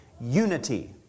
unity